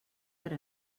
per